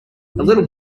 little